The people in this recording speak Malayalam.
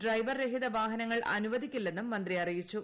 ഡ്രൈവർ രഹിത വാഹനങ്ങൾ അനുവദിക്കില്ലെന്നും മന്ത്രി അറിയിച്ചു